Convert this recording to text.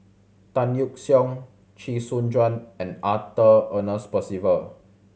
Tan Yeok Seong Chee Soon Juan and Arthur Ernest Percival